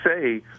say